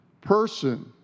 person